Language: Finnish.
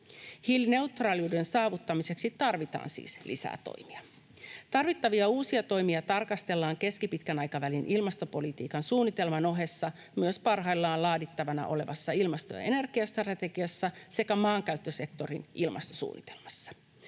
Hiilineutraaliuden saavuttamiseksi tarvitaan siis lisää toimia. Tarvittavia uusia toimia tarkastellaan keskipitkän aikavälin ilmastopolitiikan suunnitelman ohessa myös parhaillaan laadittavana olevassa ilmasto- ja energiastrategiassa sekä maankäyttösektorin ilmastosuunnitelmassa.